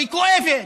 היא כואבת,